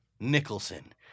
Nicholson